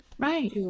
right